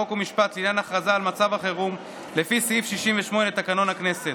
חוק ומשפט לעניין הכרזה על מצב חירום לפי סעיף 68 לתקנון הכנסת,